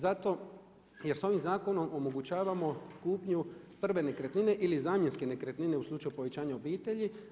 Zato jer sa ovim zakonom omogućavamo kupnju prve nekretnine ili zamjenske nekretnine u slučaju povećanja obitelji.